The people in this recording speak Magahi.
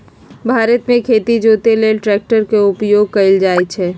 भारत मे खेती जोते लेल ट्रैक्टर के उपयोग कएल जाइ छइ